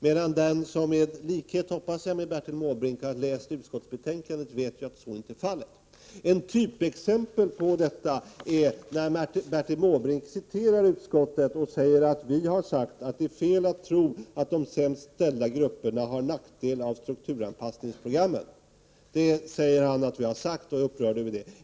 Men den som i likhet med — hoppas jag — Bertil Måbrink har läst utskottsbetänkandet vet att så inte är fallet. Ett typexempel på detta är när Bertil Måbrink vill citera utskottet och anför att vi har sagt att det är fel att tro att de sämst ställda grupperna har nackdel av strukturanpassningsprogrammen. Han är upprörd över att vi skulle ha sagt detta.